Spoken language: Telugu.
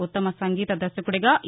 ఉత్తమ సంగీత దర్భకుడిగా ఎ